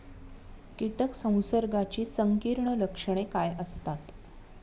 कीटक संसर्गाची संकीर्ण लक्षणे काय असतात?